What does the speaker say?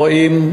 רואים,